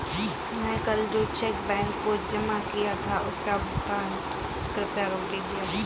मैं कल जो चेक बैंक में जमा किया था उसका भुगतान कृपया रोक दीजिए